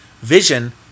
Vision